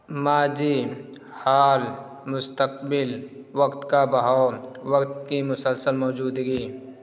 ماجی حال مستقبل وقت کا بہاؤ وقت کی مسلسل موجودگی